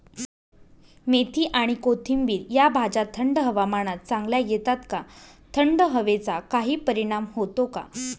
मेथी आणि कोथिंबिर या भाज्या थंड हवामानात चांगल्या येतात का? थंड हवेचा काही परिणाम होतो का?